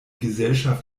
gesellschaft